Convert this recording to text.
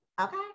Okay